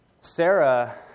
Sarah